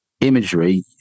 imagery